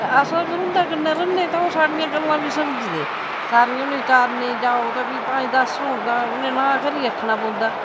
ते अस अगर उंदे कन्नै रैह्ने तां ओह् साढ़ियां गल्लां बी समझदे सारियां उनें चारने बी जाओ तां फ्ही पंज दस होन तां उनें नांऽ करीर गै आखना पौंदा